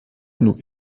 genug